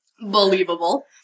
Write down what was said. Believable